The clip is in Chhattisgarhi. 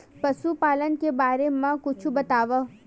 पशुपालन के बारे मा कुछु बतावव?